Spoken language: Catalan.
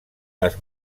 les